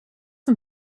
een